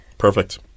Perfect